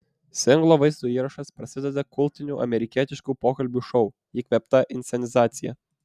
singlo vaizdo įrašas prasideda kultinių amerikietiškų pokalbių šou įkvėpta inscenizacija